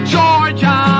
Georgia